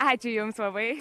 ačiū jums labai